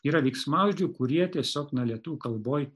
yra veiksmažodžių kurie tiesiog na lietuvių kalboj